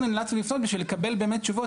אנחנו נאלצנו לפנות בשביל לקבל באמת תשובות